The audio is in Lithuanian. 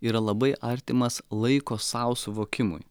yra labai artimas laiko sau suvokimui